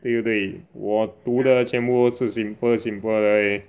对不对我读的全部都是 simple simple 的 eh